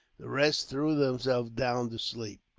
the rest threw themselves down to sleep.